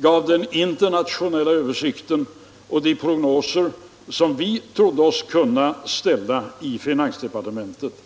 gav den internationella översikten och de prognoser som vi tror oss kunna ställa i finansdepartementet.